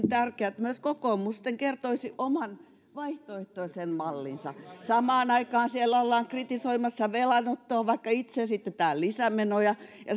tärkeää että myös kokoomus sitten kertoisi oman vaihtoehtoisen mallinsa samaan aikaan siellä ollaan kritisoimassa velanottoa vaikka itse esitetään lisämenoja ja